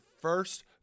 first